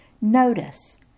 Notice